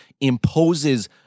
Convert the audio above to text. imposes